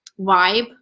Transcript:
vibe